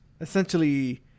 essentially